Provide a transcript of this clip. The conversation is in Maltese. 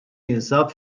jinsab